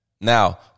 Now